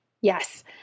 Yes